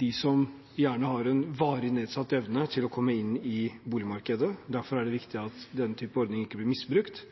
dem som gjerne har en varig nedsatt evne til å komme inn i boligmarkedet. Derfor er det viktig at denne typen ordning ikke blir misbrukt,